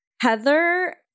Heather